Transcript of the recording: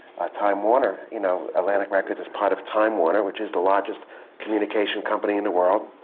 time warner. you know, atlantic records is part of time warner, which is the largest communication company in the world.